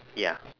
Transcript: ya